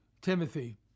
Timothy